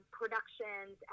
productions